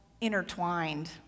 intertwined